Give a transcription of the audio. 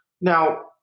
Now